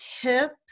tips